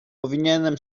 powinien